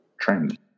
trend